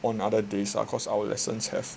on other days cause our lessons have